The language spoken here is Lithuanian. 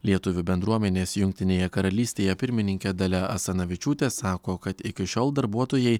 lietuvių bendruomenės jungtinėje karalystėje pirmininkė dalia asanavičiūtė sako kad iki šiol darbuotojai